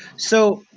so,